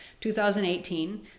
2018